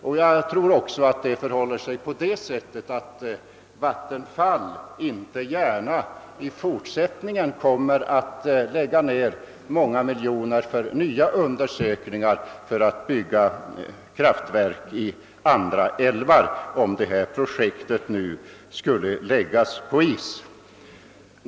Jag tror också att vattenfallsverket inte gärna i fortsättningen kommer att lägga ned många miljoner för undersökningar för att bygga kraftverk i andra älvar, om detta projekt nu skulle läggas på is.